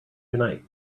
tonight